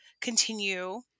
continue